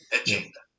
agenda